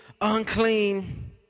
unclean